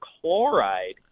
chloride